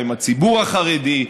עם הציבור החרדי,